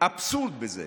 אבסורד היה בזה,